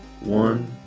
One